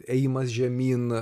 ėjimas žemyn